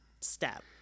step